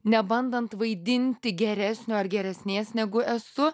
nebandant vaidinti geresnio ar geresnės negu esu